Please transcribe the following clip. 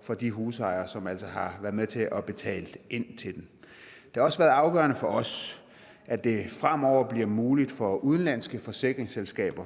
for de husejere, som altså har været med til at betale ind til den. Det har også været afgørende for os, at det fremover bliver muligt for udenlandske forsikringsselskaber